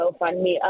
GoFundMe